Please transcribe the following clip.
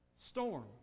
storm